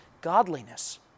godliness